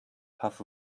puff